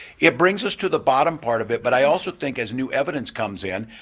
it brings us to the bottom part of it, but i also think as new evidence comes in,